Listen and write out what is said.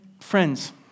friends